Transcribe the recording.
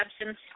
absence